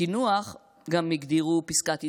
לקינוח גם הגדירו פסקת התגברות,